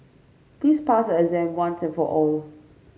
please pass your exam once and for all